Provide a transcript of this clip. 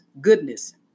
goodness